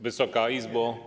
Wysoka Izbo!